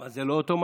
אבל זה לא אוטומטי?